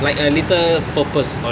like a little purpose